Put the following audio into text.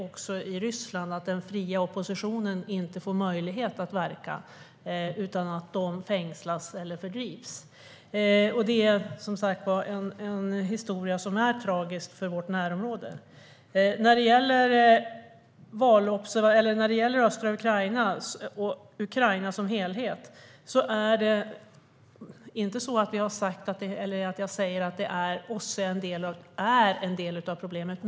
Också i Ryssland ser vi att den fria oppositionen inte får möjlighet att verka, utan de fängslas eller fördrivs. Det är en historia som är tragisk för vårt närområde. När det gäller östra Ukraina och Ukraina som helhet säger jag inte att OSSE är en del av problemet.